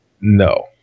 No